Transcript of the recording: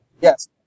Yes